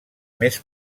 més